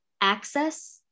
access